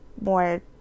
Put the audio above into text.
more